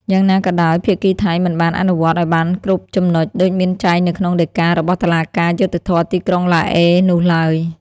យ៉ាងណាក៏ដោយភាគីថៃមិនបានអនុវត្តឲ្យបានគ្រប់ចំណុចដូចមានចែងនៅក្នុងដីការបស់តុលាការយុត្តិធម៌ទីក្រុងឡាអេនោះឡើយ។